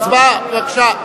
הצבעה, בבקשה.